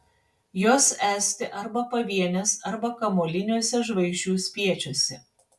jos esti arba pavienės arba kamuoliniuose žvaigždžių spiečiuose